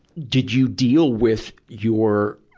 did you deal with your,